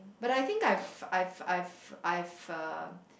but I think I've I've I've I've uh